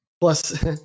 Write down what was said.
plus